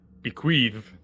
bequeath